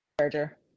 charger